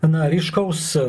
na ryškaus